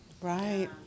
Right